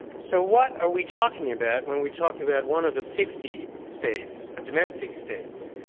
so what are we talking about when we talk about one of the fifty states, ah domestic states.